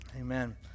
Amen